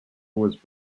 was